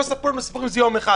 שלא יספרו לנו סיפורים שזה יום אחד.